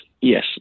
yes